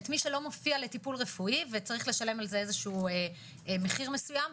את מי שלא מופיע לטיפול רפואי וצריך לשלם על זה איזשהו מחיר מסוים,